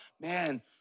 man